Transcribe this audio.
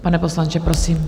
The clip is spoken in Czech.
Pane poslanče, prosím.